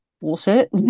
bullshit